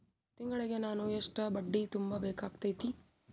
ತಿಂಗಳಿಗೆ ನಾನು ಎಷ್ಟ ಬಡ್ಡಿ ತುಂಬಾ ಬೇಕಾಗತೈತಿ?